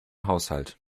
haushalt